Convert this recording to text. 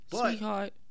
Sweetheart